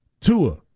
Tua